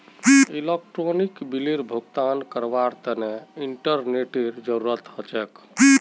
electronic बिलेर भुगतान करवार तने इंटरनेतेर जरूरत ह छेक